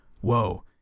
Whoa